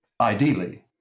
ideally